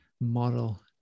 model